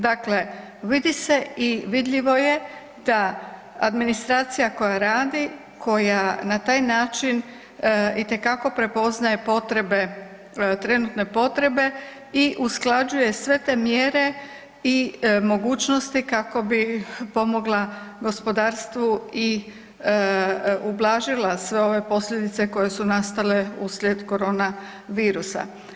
Dakle, vidi se i vidljivo je da administracija koja radi, koja na taj način itekako prepoznaje potrebe, trenutne potrebe, i usklađuje sve te mjere i mogućosti kako bi pomogla gospodarstvu i ublažila sve posljedice koje su nastale uslijed koronavirusa.